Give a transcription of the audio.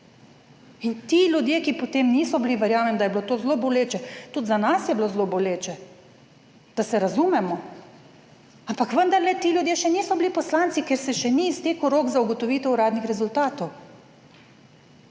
Ti ljudje, ki potem niso bili, verjamem, da je bilo to zelo boleče, tudi za nas je bilo zelo boleče, da se razumemo, ampak vendarle ti ljudje še niso bili poslanci, ker se še ni iztekel rok za ugotovitev uradnih rezultatov.